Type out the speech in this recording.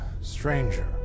stranger